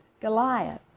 Goliath